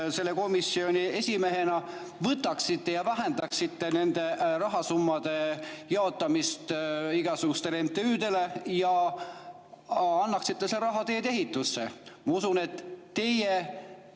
selle komisjoni esimehena võtaksite ja vähendaksite rahasummade jaotamist igasugustele MTÜ‑dele ja annaksite selle raha tee-ehitusse. Ma usun, et teie